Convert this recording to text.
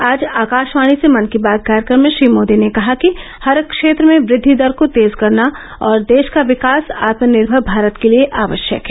आज आकाशवाणी से मन की बात कार्यक्रम में श्री मोदी ने कहा कि हर क्षेत्र में वृद्वि दर को तेज करना और देश का विकास आत्मनिर्मर भारत के लिए आवश्यक है